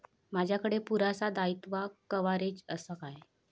माजाकडे पुरासा दाईत्वा कव्हारेज असा काय?